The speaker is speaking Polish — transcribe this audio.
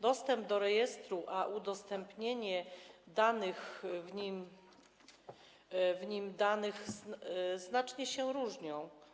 Dostęp do rejestru a udostępnianie danych w nim zawartych znacznie się różnią.